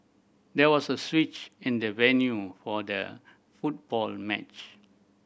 there was a switch in the venue for the football match